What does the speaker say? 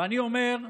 ואני אומר,